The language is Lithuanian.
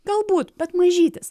galbūt bet mažytis